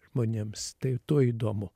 žmonėms tai tuo įdomu